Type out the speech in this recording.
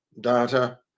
data